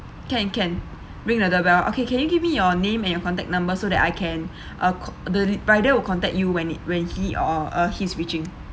can can ring the doorbell okay can you give me your name and your contact number so that I can uh call the rider will contact you when it when he uh uh he is reaching